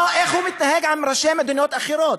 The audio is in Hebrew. איך הוא מתנהג עם ראשי מדינות אחרות?